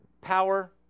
power